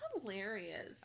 hilarious